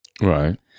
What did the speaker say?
Right